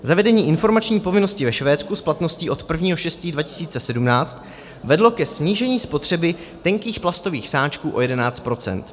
Zavedení informační povinnosti ve Švédsku s platností od 1. 6. 2017 vedlo ke snížení spotřeby tenkých plastových sáčků o 11 %.